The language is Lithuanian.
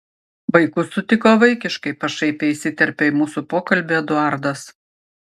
vaikus sutiko vaikiškai pašaipiai įsiterpė į mūsų pokalbį eduardas